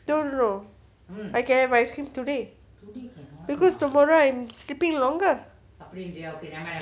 so no I can have my ice cream today because tomorrow I'm sleeping longer